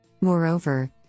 Moreover